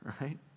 Right